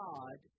God